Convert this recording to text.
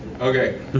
Okay